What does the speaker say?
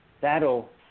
that'll